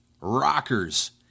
rockers